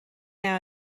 now